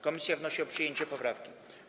Komisja wnosi o przyjęcie poprawki.